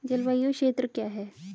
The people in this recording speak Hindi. जलवायु क्षेत्र क्या है?